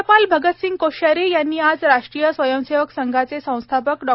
राज्यपाल भगतसिंग कोश्यारी यांनी आज राष्ट्रीय स्वयंसेवक संघाचे संस्थापक डॉ